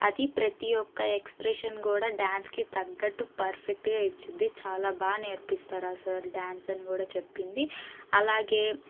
అది ప్రతి ఒక్క ఎక్స్ప్రెషన్ కూడా డ్యాన్స్కి తగ్గట్టు పర్ఫెక్ట్గా ఇచ్చిద్ది చాల బాగా నేర్పిస్తారు ఆ సార్ డ్యాన్స్ అని కూడా చెప్పింది అలాగే